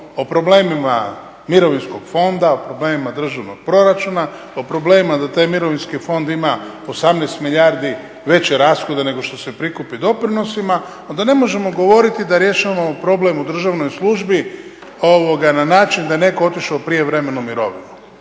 o problemima mirovinskog fonda, o problemima državnog proračuna, o problemima da taj mirovinski fond ima 18 milijardi veće rashode nego što se prikupi doprinosima onda ne možemo govoriti da rješavamo problem u državnoj službi na način da je netko otišao u prijevremenu mirovinu.